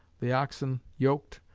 the oxen yoked,